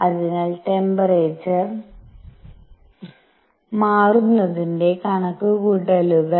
അതിനാൽ ട്ടെമ്പേറെചർ മാറുന്നതിന്റെ കണക്കുകൂട്ടലുകൾ